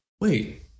Wait